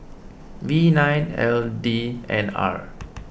V nine L D N R